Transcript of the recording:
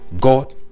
god